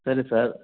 சரி சார்